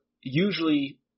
usually